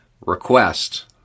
request